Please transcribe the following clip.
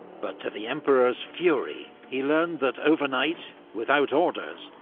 but to the emperor's fury, he learned that overnight, without orders,